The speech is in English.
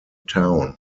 town